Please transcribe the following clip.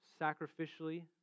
sacrificially